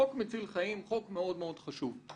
חוק מציל חיים, חוק מאוד-מאוד חשוב.